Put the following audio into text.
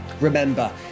Remember